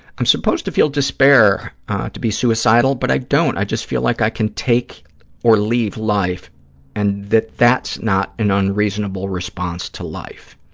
i'm supposed to feel despair to be suicidal, but i don't. i just feel like i can take or leave life and that that's not an unreasonable response to life.